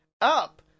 up